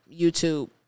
YouTube